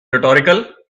rhetorical